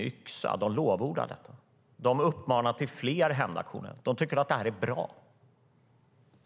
De uppmanar till fler hämndaktioner. De tycker att det här är bra.